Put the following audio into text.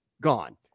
gone